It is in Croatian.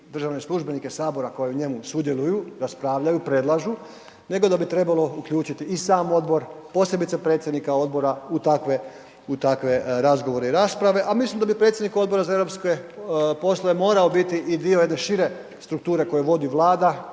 državne službenike HS koji u njemu sudjeluju, raspravljaju, predlažu, nego da bi trebalo uključiti i sam odbor, posebice predsjednika odbora u takve, u takve razgovore i rasprave, a mislim da bi predsjednik Odbora za europske poslove morao biti i dio jedne šire strukture koju vodi Vlada,